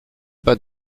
pas